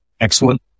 excellent